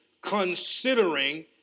considering